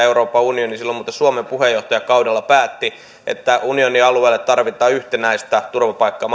euroopan unioni silloin muuten suomen puheenjohtajakaudella päätti että unionin alueelle tarvitaan yhtenäistä turvapaikka